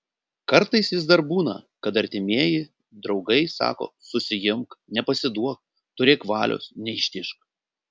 kartais vis dar būna kad artimieji draugai sako susiimk nepasiduok turėk valios neištižk